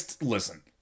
Listen